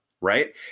Right